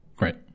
Right